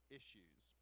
issues